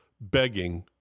begging